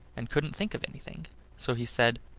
and couldn't think of anything so he said,